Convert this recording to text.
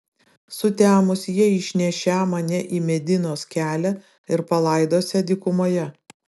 sutemus jie išnešią mane į medinos kelią ir palaidosią dykumoje